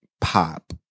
pop